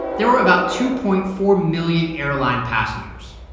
there were about two point four million airline passengers.